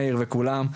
מאיר וכולם,